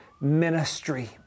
ministry